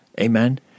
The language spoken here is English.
Amen